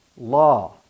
law